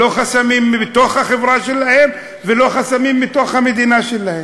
לא חסמים מתוך החברה שלהן ולא חסמים מהמדינה שלהן.